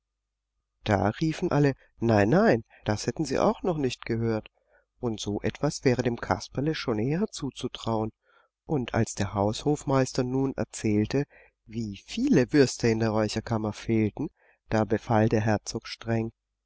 da riefen alle nein das hätten sie auch noch nicht gehört und so etwas wäre dem kasperle schon eher zuzutrauen und als der haushofmeister nun erzählte wie viele würste in der räucherkammer fehlten da befahl der herzog streng